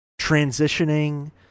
transitioning